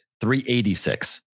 386